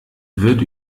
wird